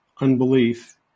unbelief